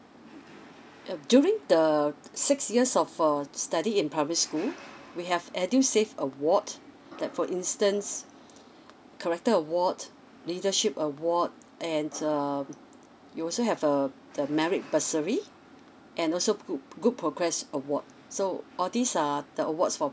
uh during the six years of uh study in primary school we have edu save award that for instance corrector awards leadership award and err you also have uh the married bursary and also good good progress award so all these are the awards for